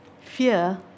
Fear